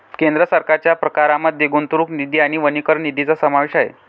केंद्र सरकारच्या प्रकारांमध्ये गुंतवणूक निधी आणि वनीकरण निधीचा समावेश आहे